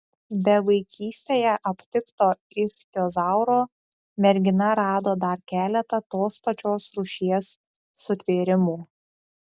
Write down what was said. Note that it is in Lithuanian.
be vaikystėje aptikto ichtiozauro mergina rado dar keletą tos pačios rūšies sutvėrimų